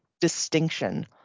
distinction